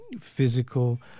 physical